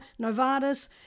Novartis